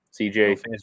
CJ